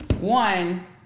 One